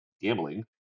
gambling